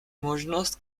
možnost